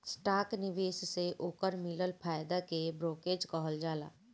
stock निवेश से ओकर मिलल फायदा के ब्रोकरेज कहल जाला